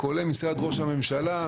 כולל משרד ראש הממשלה,